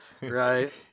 Right